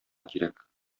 кирәк